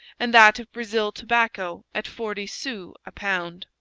and that of brazil tobacco at forty sous a pound.